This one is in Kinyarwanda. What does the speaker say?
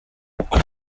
uko